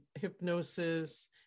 hypnosis